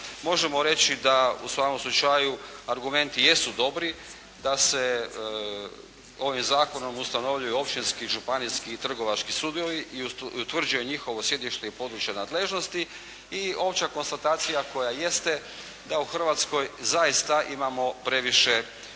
možemo reći da u svakom slučaju argumenti jesu dobri da se ovim zakonom ustanovljuju općinski, županijski i trgovački sudovi i utvrđuje njihovo sjedište i područja nadležnosti i opća konstatacija koja jeste da u Hrvatskoj zaista imamo previše,